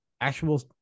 actual